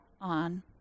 on